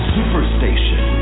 Superstation